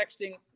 texting